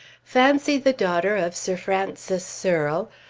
fancy the daughter of sir francis searle,